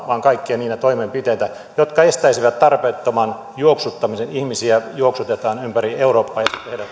vaan kaikkia niitä toimenpiteitä jotka estäisivät tarpeettoman juoksuttamisen ihmisiä juoksutetaan ympäri eurooppaa ja